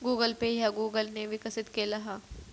Google pay ह्या Google ने विकसित केला हा